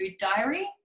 diary